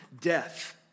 death